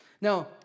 Now